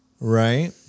right